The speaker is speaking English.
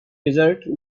desert